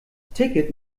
ticket